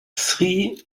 sri